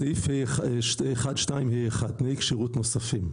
אייל, בסעיף 1(2)(ה1) "תנאי כשירות נוספים"?